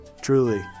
truly